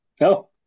No